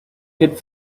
could